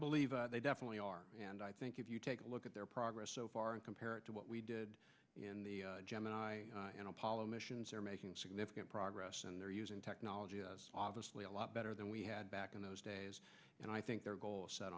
believe they definitely are and i think if you take a look at their progress so far and compare it to what we did in the gemini and apollo missions they're making significant progress and they're using technology obviously a lot better than we had back in those days and i think their goal set